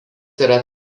yra